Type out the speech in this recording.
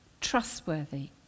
trustworthy